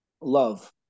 love